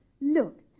Look